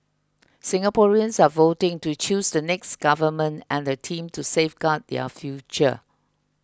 Singaporeans are voting to choose the next government and the team to safeguard their future